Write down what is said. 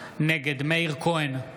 נגד מאיר כהן,